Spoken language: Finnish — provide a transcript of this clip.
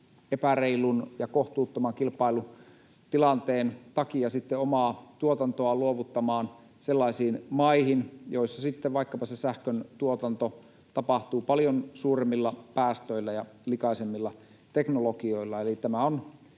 epäreilun ja kohtuuttoman kilpailutilanteen takia sitten omaa tuotantoaan luovuttamaan sellaisiin maihin, joissa sitten vaikkapa se sähkön tuotanto tapahtuu paljon suuremmilla päästöillä ja likaisemmilla teknologioilla.